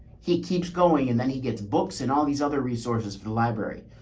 he keeps going and then he gets books and all these other resources for the library.